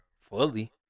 fully